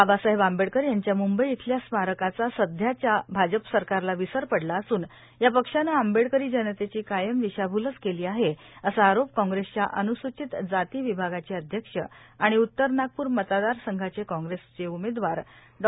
बाबासाहेब आंबेडकर यांच्या मुंबई इथल्या स्मारकाचा सध्याच्या भाजप सरकारला विसर पडला असून या पक्षाने आंबेडकरी जनतेची कायम दिशाभूलच केली आहे असा आरोप कॉगेसच्या अनुसूचित जाती विभागाचे अध्यक्ष आणि उत्तर नागपूर मतदारसंघाचे कॉग्रेसचे उमेदवार डॉ